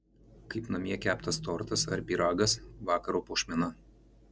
kaip namie keptas tortas ar pyragas vakaro puošmena